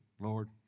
Lord